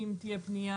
אם תהיה פנייה